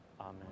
Amen